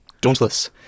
dauntless